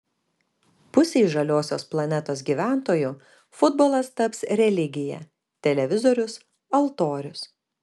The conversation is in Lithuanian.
pusei žaliosios planetos gyventojų futbolas taps religija televizorius altorius